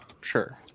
sure